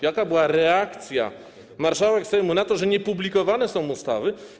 Jaka była reakcja marszałek Sejmu na to, że są niepublikowane ustawy?